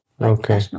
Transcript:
Okay